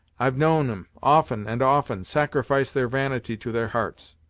i've known em, often and often, sacrifice their vanity to their hearts.